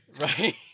Right